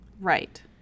Right